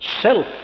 Self